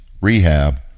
rehab